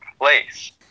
place